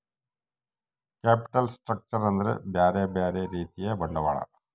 capital structure ಅಂದ್ರ ಬ್ಯೆರೆ ಬ್ಯೆರೆ ರೀತಿಯ ಬಂಡವಾಳ